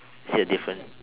is there a difference